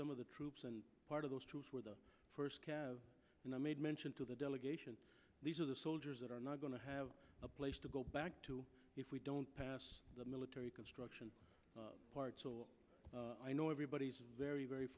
some of the troops and part of those troops were the first and i made mention to the delegation these are the soldiers that are not going to have a place to go back to if we don't pass the military construction i know everybody's very very